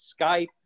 Skype